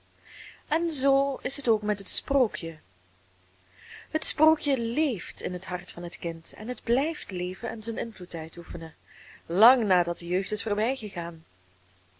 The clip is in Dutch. en zoo is het ook met het sprookje het sprookje leeft in het hart van het kind en het blijft leven en zijn invloed uitoefenen lang nadat de jeugd is voorbijgegaan